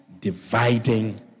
dividing